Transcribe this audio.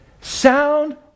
Sound